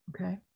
Okay